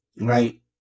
Right